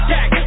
Jack